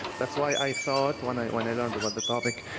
that's why i thought, when i when i learned what the topic,